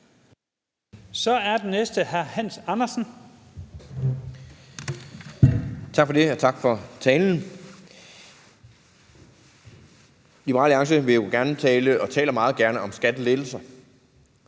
Andersen. Kl. 13:13 Hans Andersen (V): Tak for det, og tak for talen. Liberal Alliance vil jo gerne tale og taler meget gerne om skattelettelser.